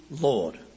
Lord